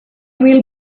will